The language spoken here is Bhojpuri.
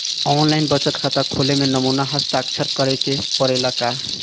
आन लाइन बचत खाता खोले में नमूना हस्ताक्षर करेके पड़ेला का?